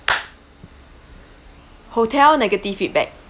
hotel negative feedback